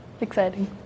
exciting